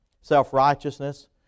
Self-righteousness